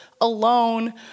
alone